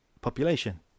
population